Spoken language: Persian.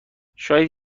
شاید